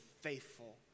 faithful